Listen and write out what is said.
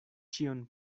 ĉion